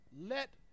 let